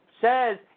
says